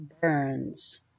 Burns